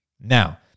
Now